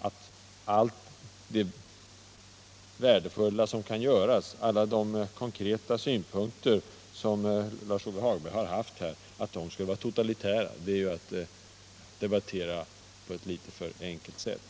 att alla de konkreta synpunkter som Lars-Ove Hagberg har anfört skulle vara totalitära. Det är att debattera på ett litet för enkelt sätt.